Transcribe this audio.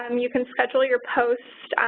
um you can schedule your posts,